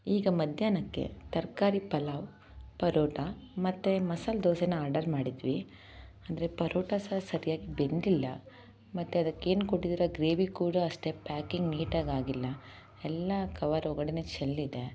ಈಗ ಮಧ್ಯಾಹ್ನಕ್ಕೆ ತರಕಾರಿ ಪಲಾವ್ ಪರೋಟಾ ಮತ್ತು ಮಸಾಲೆ ದೋಸೆನ ಆರ್ಡರ್ ಮಾಡಿದ್ವಿ ಅಂದರೆ ಪರೋಟಾ ಸರ್ ಸರಿಯಾಗಿ ಬೆಂದಿಲ್ಲ ಮತ್ತು ಅದಕ್ಕೆ ಏನು ಕೊಟ್ಟಿದ್ದೀರ ಗ್ರೇವಿ ಕೂಡ ಅಷ್ಟೆ ಪ್ಯಾಕಿಂಗ್ ನೀಟಾಗಿ ಆಗಿಲ್ಲ ಎಲ್ಲ ಕವರ್ ಒಳಗೇನೇ ಚೆಲ್ಲಿದೆ